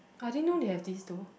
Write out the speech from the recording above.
I didn't know they have this though